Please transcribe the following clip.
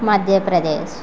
Madhya Pradesh